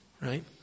Right